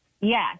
Yes